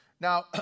Now